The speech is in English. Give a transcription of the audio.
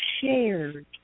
shared